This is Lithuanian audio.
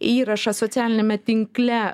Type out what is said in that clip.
įrašą socialiniame tinkle